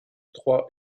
trois